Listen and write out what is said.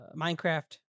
Minecraft